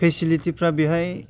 फेसिलिटिफ्रा बिहाय